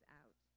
out